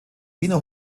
wiener